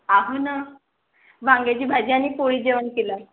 आहू ना वांग्याची भाजी आणि पोळी जेवण केलं